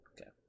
Okay